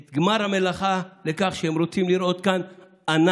את גמר המלאכה, לכך שהם רוצים לראות כאן אנרכיה,